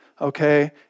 Okay